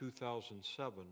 2007